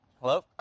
Hello